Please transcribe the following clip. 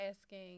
asking